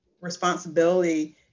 responsibility